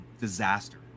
disaster